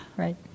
Right